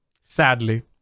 Sadly